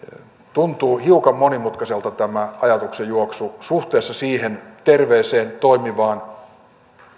tuntuu hiukan monimutkaiselta tämä ajatuksenjuoksu suhteessa siihen terveeseen toimivaan